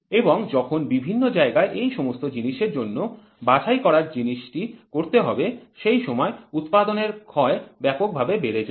এবং যখন বিভিন্ন জায়গায় এই সমস্ত জিনিসের জন্য বাছাই করার কাজটি করতে হবে সেই সময় উৎপাদনের ক্ষয় ব্যাপকভাবে বেড়ে যায়